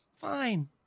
fine